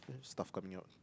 stuff coming out